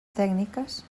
tècniques